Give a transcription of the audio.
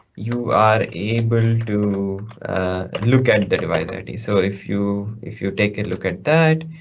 you are able to look at the device id. so if you if you take a look at that,